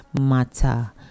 matter